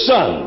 Son